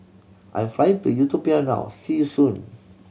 I'm flying to Ethiopia now see you soon